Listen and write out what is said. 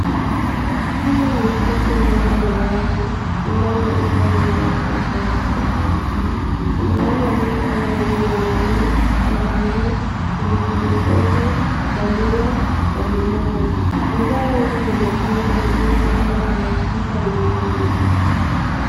Hili ni soko ndogo la wazi linalouza bidhaa tofauti tofauti tunaona vitu kama vile nyanya, vitunguu, pilipilihoho, dania na limau bidhaa hizi zimepangwa vizuri ilikurahisisha ununuzi.